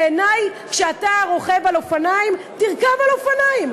בעיני, כשאתה רוכב על אופניים, תרכב על אופניים.